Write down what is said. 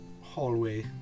hallway